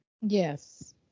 Yes